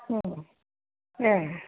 ए